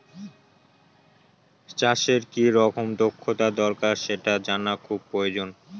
চাষের কি রকম দক্ষতা দরকার সেটা জানা খুবই প্রয়োজন